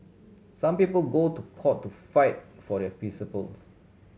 some people go to court to fight for their principles